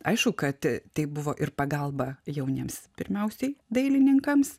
aišku kad tai buvo ir pagalba jauniems pirmiausiai dailininkams